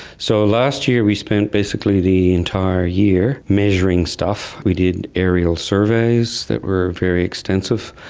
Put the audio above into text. so last year we spent basically the entire year measuring stuff. we did aerial surveys that were very extensive.